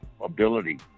ability